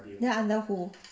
then under who